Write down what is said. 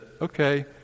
Okay